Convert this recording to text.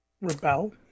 rebel